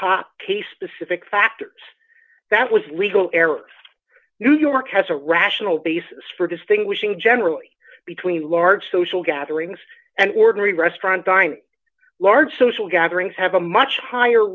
hoc case specific factors that was legal error new york has a rational basis for distinguishing generally between large social gatherings and ordinary restaurant dining large social gatherings have a much higher